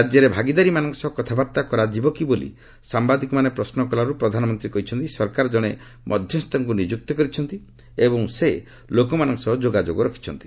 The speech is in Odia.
ରାଜ୍ୟରେ ଭାଗିଦାରୀମାନଙ୍କ ସହ କଥାବାର୍ତ୍ତା କରାଯିବ କି ବୋଲି ସାମ୍ଭାଦିକମାନେ ପ୍ରଶ୍ନ କଲାରୁ ପ୍ରଧାନମନ୍ତ୍ରୀ କହିଛନ୍ତି ସରକାର ଜଣେ ମଧ୍ୟସ୍ଥଙ୍କୁ ନିଯୁକ୍ତ କରିଛନ୍ତି ଏବଂ ସେ ଲୋକମାନଙ୍କ ସହ ଯୋଗଯୋଗ ରଖିଛନ୍ତି